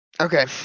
Okay